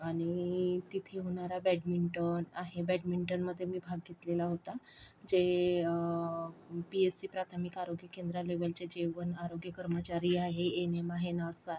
आणि तिथे होणारा बॅडमिंटन आहे बॅडमिंटनमध्ये मी भाग घेतलेला होता जे पी एच सी प्राथमिक आरोग्य केंद्र लेवलचे जे आरोग्य लेव्हलचे कर्मचारी आहेत ए एन एम आहे नर्स आहे